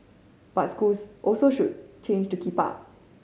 but schools also should change to keep up